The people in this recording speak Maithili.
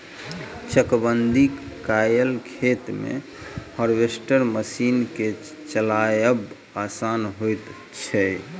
चकबंदी कयल खेत मे हार्वेस्टर मशीन के चलायब आसान होइत छै